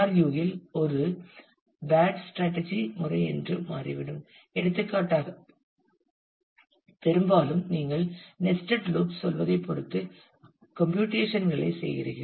U ஒரு bad strategy முறை என்று மாறிவிடும் எடுத்துக்காட்டாக பெரும்பாலும் நீங்கள் நெஸ்ட்டட் லூப் சொல்வதைப் பொறுத்து கம்ப்யூடேசன் களைச் செய்கிறீர்கள்